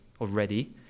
already